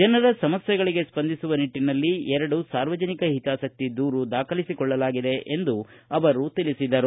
ಜನರ ಸಮಸ್ತೆಗಳಿಗೆ ಸ್ಪಂದಿಸುವ ನಿಟ್ಟನಲ್ಲಿ ಎರಡು ಸಾರ್ವಜನಿಕ ಹಿತಾಸಕ್ತಿ ದೂರು ದಾಖಲಿಸಿಕೊಳ್ಳಲಾಗಿದೆ ಎಂದು ತಿಳಿಸಿದರು